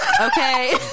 Okay